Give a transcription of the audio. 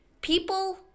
people